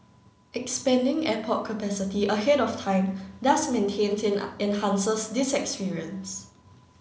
expanding airport capacity ahead of time thus maintains and and enhances this experience